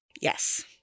Yes